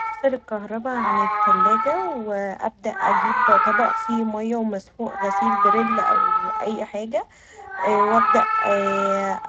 افصل الكهرباء عن التلاجة و أبدا اجيب طبق فيه مايه ومسحوق غسيل بريل او اي حاجه و أبدا